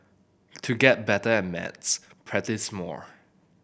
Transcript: to get better at maths practise more